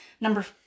number